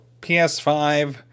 PS5